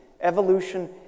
evolution